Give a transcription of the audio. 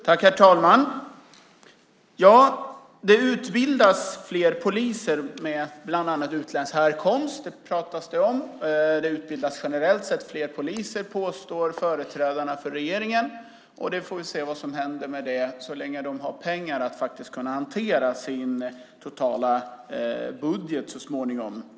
Herr talman! Det pratas om att det utbildas fler poliser med bland annat utländsk härkomst. Det utbildas generellt sett fler poliser, påstår företrädarna för regeringen. Vi får se vad som händer med det, om de har pengar att faktiskt kunna hantera sin totala budget så småningom.